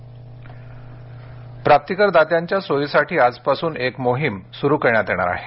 प्राप्ती कर प्राप्तीकर दात्यांच्या सोयीसाठी आजपासून एक मोहीम सुरु करण्यात येणार आहे